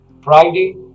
Friday